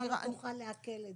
הוצאה לפועל תוכל לעקל את זה,